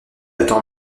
attend